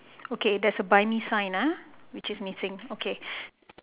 okay that's a bunny sign ah which is missing okay